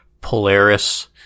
Polaris